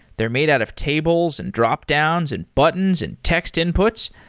they're made out of tables, and dropdowns, and buttons, and text inputs.